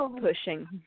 pushing